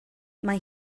mae